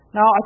Now